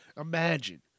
Imagine